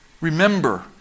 remember